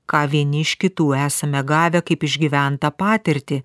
ką vieni iš kitų esame gavę kaip išgyventą patirtį